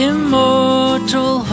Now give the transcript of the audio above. Immortal